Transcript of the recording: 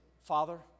Father